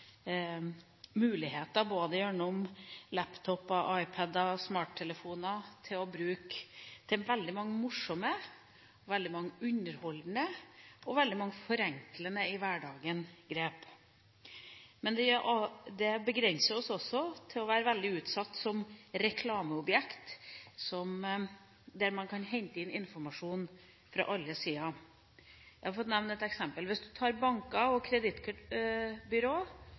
gjennom bruk av både laptop-er, iPad-er og smarttelefoner til veldig mange morsomme, veldig mange underholdende og veldig mange forenklende grep i hverdagen. Men det begrenser oss også til å være veldig utsatt som reklameobjekter, der man kan hente inn informasjon fra alle sider. Jeg vil få nevne et eksempel: Vi har banker og